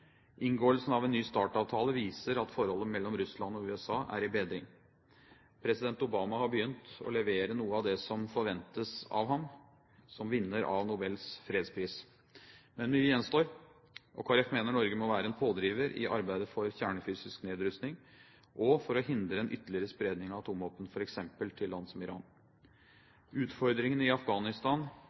Inngåelsen av en ny START-avtale viser at forholdet mellom Russland og USA er i bedring. President Obama har begynt å levere noe av det som forventes av ham som vinner av Nobels Fredspris. Men mye gjenstår, og Kristelig Folkeparti mener Norge må være en pådriver i arbeidet for kjernefysisk nedrustning og for å hindre en ytterligere spredning av atomvåpen, f.eks. til land som Iran. Utfordringene i Afghanistan